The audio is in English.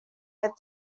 are